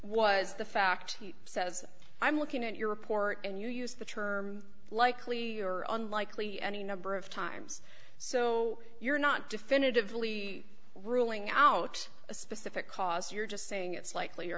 was the fact he says i'm looking at your report and you use the term likely or unlikely any number of times so you're not definitively ruling out a specific cause you're just saying it's likely